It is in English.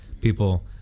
people